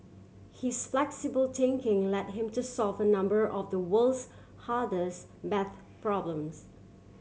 his flexible thinking led him to solve a number of the world's hardest maths problems